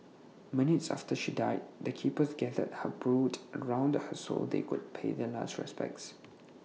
minutes after she died the keepers gathered her brood around her so they could pay their last respects